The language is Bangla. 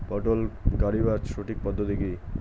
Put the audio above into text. পটল গারিবার সঠিক পদ্ধতি কি?